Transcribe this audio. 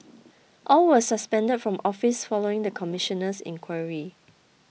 all were suspended from office following the commissioner's inquiry